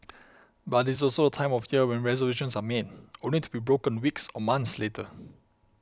but it's also the time of year when resolutions are made only to be broken weeks or months later